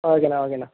ஓகேண்ணா ஓகேண்ணா